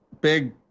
big